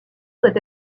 doit